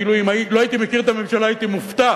כאילו, אם לא הייתי מכיר את הממשלה הייתי מופתע